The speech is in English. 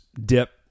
dip